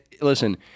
Listen